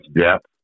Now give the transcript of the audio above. depth